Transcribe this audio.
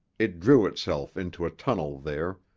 it drew itself into a tunnel there,